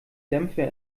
dämpfe